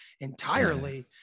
entirely